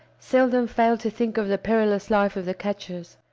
seldom fail to think of the perilous life of the catchers,